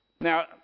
Now